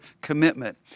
commitment